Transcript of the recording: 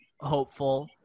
hopeful